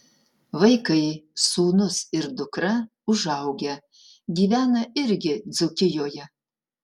vaikai sūnus ir dukra užaugę gyvena irgi dzūkijoje